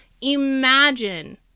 imagine